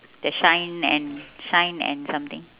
the shine and shine and something